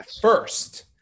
first